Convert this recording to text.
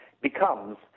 becomes